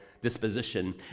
disposition